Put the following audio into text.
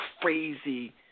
crazy